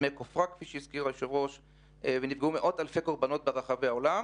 דמי כופר ונפגעו מאות אלפי קורבנות ברחבי העולם.